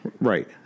Right